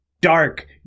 dark